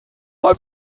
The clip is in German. mal